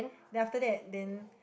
then after that then